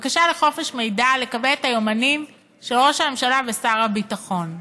בקשה לחופש מידע לקבל את היומנים של ראש הממשלה ושר הביטחון.